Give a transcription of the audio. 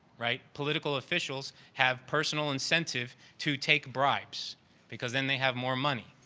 right? political officials have personal incentive to take bribes because then they have more money.